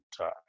time